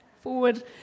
Forward